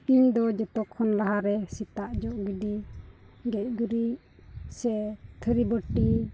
ᱤᱧᱫᱚ ᱡᱚᱛᱚ ᱠᱷᱚᱱ ᱞᱟᱦᱟᱨᱮ ᱥᱮᱛᱟᱜ ᱡᱚᱜ ᱜᱤᱰᱤ ᱜᱮᱡ ᱜᱩᱨᱤᱡ ᱥᱮ ᱛᱷᱟᱹᱨᱤ ᱵᱟᱹᱴᱤ